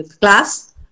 class